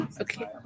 Okay